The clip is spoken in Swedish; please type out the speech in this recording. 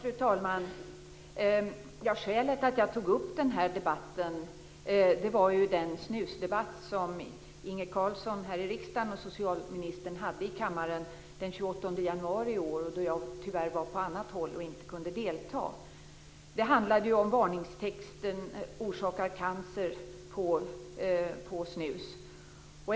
Fru talman! Skälet till att jag tog upp den här debatten var den snusdebatt som Inge Carlsson och socialministern förde i kammaren den 28 januari i år, då jag tyvärr var på annat håll och inte kunde delta.